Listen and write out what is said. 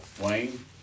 Wayne